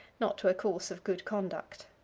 not to a course of good conduct.